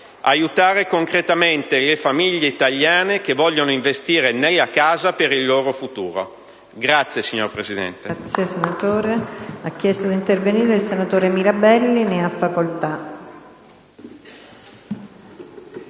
aiutare concretamente le famiglie italiane che vogliono investire nella casa per il loro futuro. *(Applausi dal